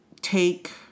take